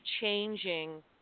changing